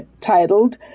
titled